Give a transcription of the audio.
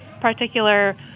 particular